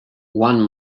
one